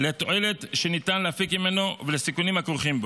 לתועלת שניתן להפיק ממנו ולסיכונים הכרוכים בו.